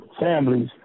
families